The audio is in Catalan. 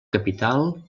capital